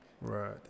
Right